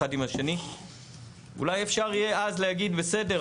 עם השני אולי אפשר יהיה אז להגיד בסדר,